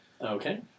Okay